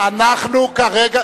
אנחנו כרגע,